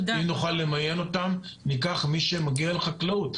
אם נוכל למיין אותם, ניקח את מי שמגיע מחקלאות.